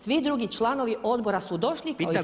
Svi drugi članovi odbora su došli…